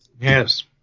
Yes